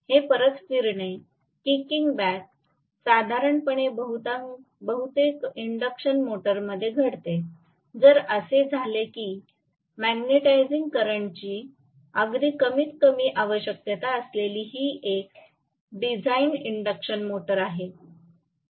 हे परत फिरणे किकिंग बॅक साधारणपणे बहुतेक इंडक्शन मोटर्समध्ये घडते जर असे झाले की मॅग्नेटिझिंग करंटची अगदी कमीतकमी आवश्यकता असलेली ही एक डिझाइन इंडक्शन मोटर आहे